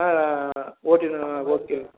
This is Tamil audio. ஆ ஆ ஆ ஓகே தானே ஓகே